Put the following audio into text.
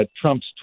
Trump's